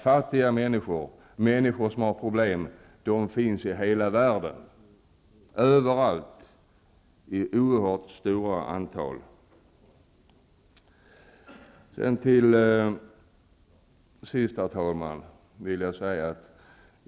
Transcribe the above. Fattiga människor, människor som har problem, finns överallt i hela världen i oerhört stort antal.